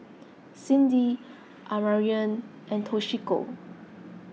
Cindy Amarion and Toshiko